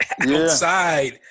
outside